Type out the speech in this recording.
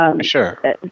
Sure